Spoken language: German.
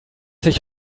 sich